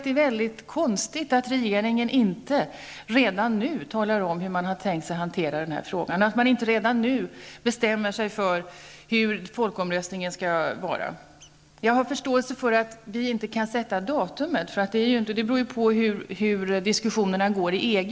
Det är därför konstigt att inte regeringen redan nu talar om hur man tänker hantera den här frågan och bestämmer sig för hur folkomröstningen skall organiseras. Jag har förståelse för att man inte kan fastställa datum, för det är ju beroende av hur diskussionerna i EG framskrider.